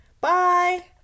Bye